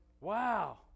wow